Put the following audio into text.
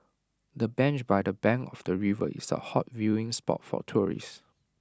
the bench by the bank of the river is A hot viewing spot for tourists